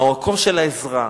במקום של העזרה,